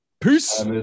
Peace